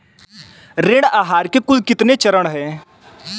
ऋण आहार के कुल कितने चरण हैं?